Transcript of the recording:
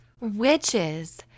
Witches